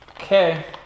Okay